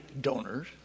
donors